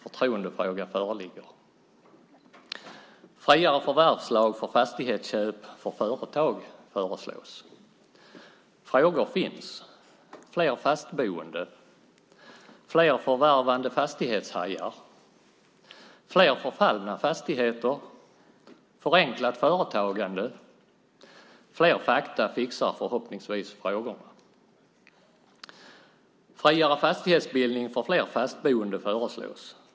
Förtroendefråga föreligger. Friare förvärvslag för fastighetsköp för företag föreslås. Frågor finns: Fler fastboende? Fler förvärvande fastighetshajar? Fler förfallna fastigheter? Förenklat företagande? Fler fakta fixar förhoppningsvis frågorna. Friare fastighetsbildning för fler fastboende föreslås.